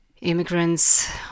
immigrants